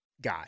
guy